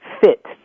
fit